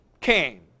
came